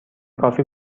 کافی